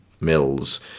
Mills